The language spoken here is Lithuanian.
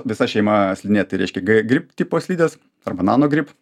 visa šeima slidinėt tai reiškia ggrip tipo slidės arba nanogrip